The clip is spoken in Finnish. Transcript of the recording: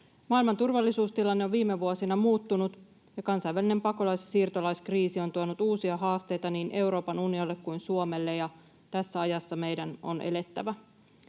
Maailman turvallisuustilanne on viime vuosina muuttunut, ja kansainvälinen pakolais- ja siirtolaiskriisi on tuonut uusia haasteita niin Euroopan unionille kuin Suomelle, ja tässä ajassa meidän on elettävä.